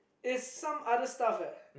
is some other stuff eh